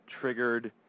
triggered